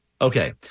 Okay